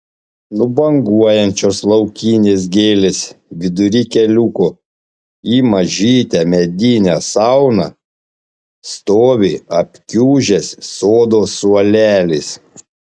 nubanguojančios laukinės gėlės vidury keliuko į mažytę medinę sauną stovi apkiužęs sodo suolelis